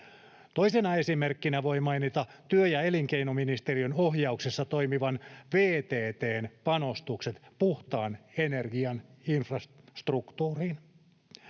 Toisena esimerkkinä voi mainita työ- ja elinkeinoministeriön ohjauksessa toimivan VTT:n panostukset puhtaan energian infrastruktuuriin.